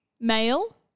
Male